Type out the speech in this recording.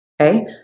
Okay